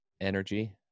energy